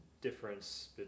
difference